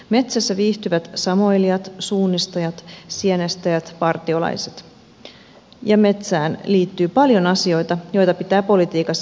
metsässä viihtyvät samoilijat suunnistajat sienestäjät partiolaiset ja metsään liittyy paljon asioita joita pitää politiikassa edistää